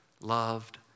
loved